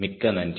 மிக்க நன்றி